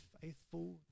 faithful